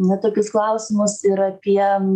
na tokius klausimus ir apie